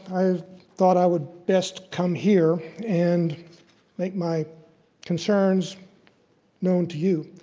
i thought i would best come here and make my concerns known to you.